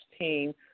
team